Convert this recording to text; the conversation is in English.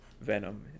Venom